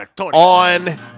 on